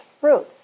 fruits